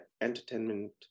entertainment